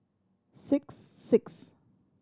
six six